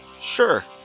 Sure